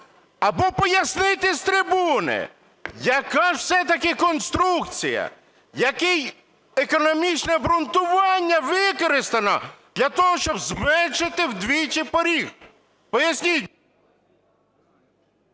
або пояснити з трибуни, яка все ж таки конструкція, яке економічне обґрунтування використано для того, щоб зменшити вдвічі поріг? Поясніть.